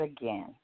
again